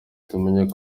tumenye